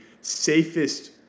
safest